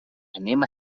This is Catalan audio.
anem